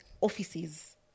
offices